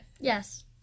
Yes